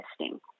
testing